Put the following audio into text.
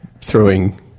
throwing